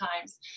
times